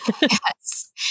Yes